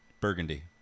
Burgundy